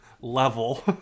level